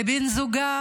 לבן זוגה,